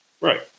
Right